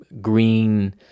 green